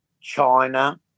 China